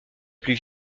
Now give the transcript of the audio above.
plus